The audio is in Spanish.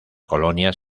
colonias